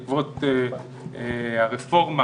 בעקבות הרפורמה